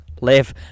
live